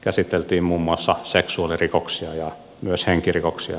käsiteltiin muun muassa seksuaalirikoksia ja myös henkirikoksia eli murhia